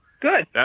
good